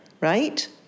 right